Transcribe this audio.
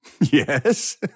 Yes